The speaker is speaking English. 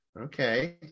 Okay